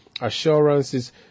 assurances